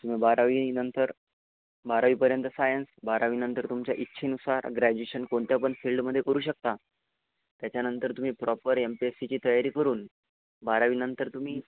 बारावीनंतर बारावीपर्यंत सायन्स बारावीनंतर तुमच्या इच्छेनुसार ग्रॅज्युएशन कोणत्या पण फील्डमध्ये करू शकता त्याच्यानंतर तुम्ही प्रॉपर एम पी एस सीची तयारी करून बारावीनंतर तुम्ही